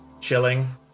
chilling